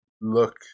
look